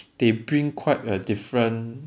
they bring quite a different